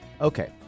Okay